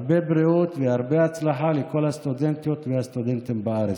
הרבה בריאות והרבה הצלחה לכל הסטודנטיות והסטודנטים בארץ.